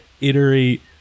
iterate